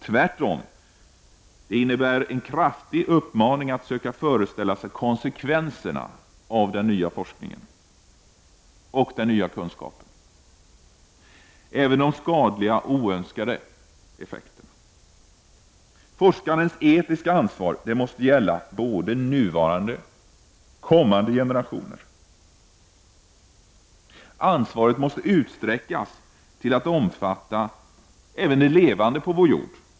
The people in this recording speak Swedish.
Tvärtom, det innebär en kraftfull uppmaning att söka föreställa sig konsekvenserna av den nya kunskapen — även de skadliga och oönskade. Forskarens etiska ansvar måste gälla både nuvarande och kommande generationer. Ansvaret måste utsträckas till att omfatta även det levande på vår jord.